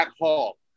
hall